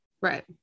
right